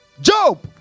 Job